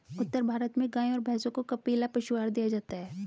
उत्तर भारत में गाय और भैंसों को कपिला पशु आहार दिया जाता है